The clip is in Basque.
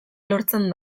lortzen